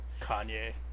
Kanye